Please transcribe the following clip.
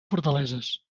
fortaleses